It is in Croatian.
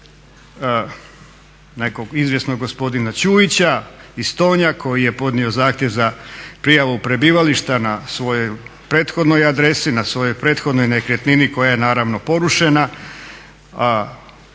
nekog izvjesnog gospodina Čujića iz Tonja koji je podnio zahtjev za prijavu prebivališta na svojoj prethodnoj adresi, na svojoj prethodnoj nekretnini koja je naravno porušena,